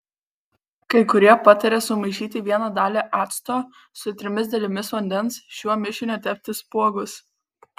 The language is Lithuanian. kai kurie pataria sumaišyti vieną dalį acto su trimis dalimis vandens šiuo mišiniu tepti spuogus